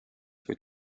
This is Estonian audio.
kuid